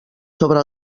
sobre